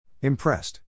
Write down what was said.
Impressed